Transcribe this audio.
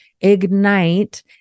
ignite